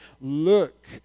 look